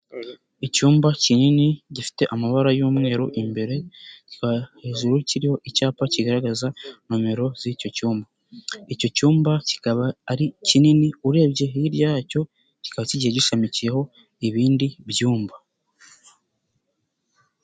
Icyumba kinini gifite amabara y'umweru imbere, kikaba hejuru kiriho icyapa kigaragaza nomero z'icyo cyumba. Icyo cyumba kikaba ari kinini urebye hirya yacyo kikaba kigiye gishamikiyeho ibindi byumba.